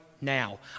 now